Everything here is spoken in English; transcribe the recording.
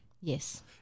Yes